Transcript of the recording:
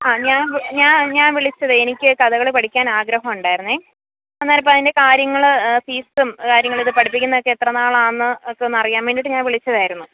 ആ ഞാന് വിളിച്ചതേ എനിക്ക് കഥകളി പഠിക്കാനാഗ്രഹമുണ്ടായിരുന്നേ അന്നേരമപ്പോള് അതിന്റെ കാര്യങ്ങള് ഫീസും കാര്യങ്ങളുമിത് പഠിപ്പിക്കുന്നതൊക്കെ എത്ര നാളാണെന്ന് ഒക്കെ ഒന്നറിയാന് വേണ്ടിയിട്ട് ഞാന് വിളിച്ചതായിരുന്നു